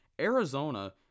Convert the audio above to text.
Arizona